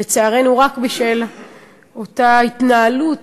לצערנו, רק בשל אותה התנהלות